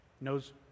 knows